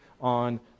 on